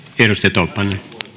edustaja tolppanen